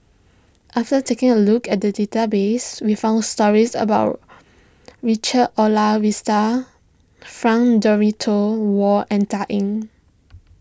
after taking a look at the database we found stories about Richard Olaf Winstedt Frank Dorrington Ward and Dan Ying